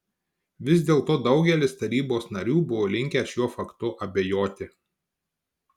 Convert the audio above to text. vis dėlto daugelis tarybos narių buvo linkę šiuo faktu abejoti